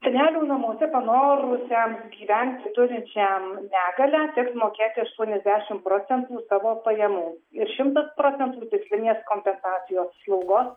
senelių namuose panorusiam gyventi turinčiam negalią teks mokėti aštuoniasdešim procentų savo pajamų ir šimtas procentų tikslinės kompensacijos slaugos